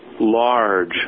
large